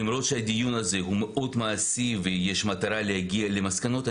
למרות שהדיון הזה הוא מאוד מעשי ויש מטרה להגיע למסקנות,